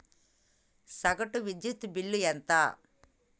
సగటు విద్యుత్ బిల్లు ఎంత?